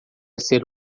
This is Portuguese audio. ser